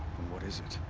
what is it?